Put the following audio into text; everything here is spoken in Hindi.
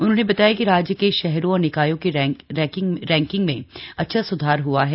उन्होंने बताया कि राज्य के शहरों और निकायों की रैंकिंग में अच्छा सुधार हआ है